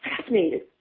fascinated